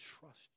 trust